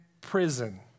prison